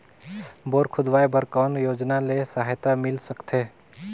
Bore खोदवाय बर कौन योजना ले सहायता मिल सकथे?